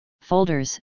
folders